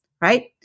right